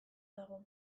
dago